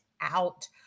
out